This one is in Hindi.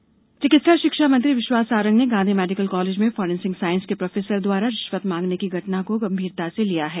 सारंग चिकित्सा शिक्षा मंत्री विश्वास सारंग ने गांधी मेडिकल कॉलेज में फॉरेंसिक साइंस के प्रोफेसर द्वारा रिश्वत मांगने की घटना को गंभीरता से लिया है